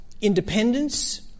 independence